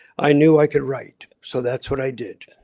i knew i could write. so that's what i did.